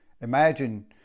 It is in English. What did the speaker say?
imagine